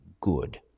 good